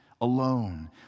alone